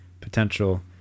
potential